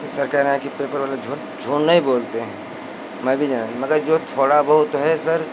तो सर कह रहे हैं कि पेपर वाले झूठ झूठ नहीं बोलते हैं मैं भी जाना मगर जो थोड़ा बहुत है सर